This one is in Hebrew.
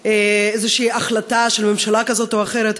איזושהי החלטה של ממשלה כזאת או אחרת,